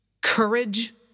courage